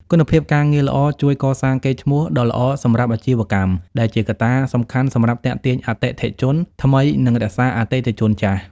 គុណភាពការងារល្អជួយ កសាងកេរ្តិ៍ឈ្មោះ ដ៏ល្អសម្រាប់អាជីវកម្ម ដែលជាកត្តាសំខាន់សម្រាប់ទាក់ទាញអតិថិជនថ្មី និងរក្សាអតិថិជនចាស់។